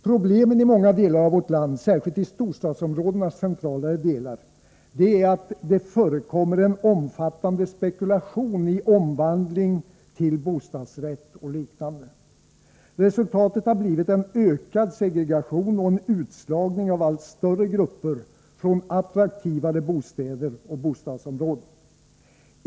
Problemen i många delar av vårt land, särskilt i storstadsområdenas centralare delar, är att det förekommer en omfattande spekulation i omvandling till bostadsrätt och liknande. Resultatet har blivit en ökad segregation och en utslagning av allt större grupper från attraktivare bostäder och bostadsområden.